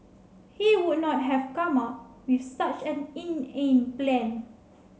he would not have come up with such an inane plan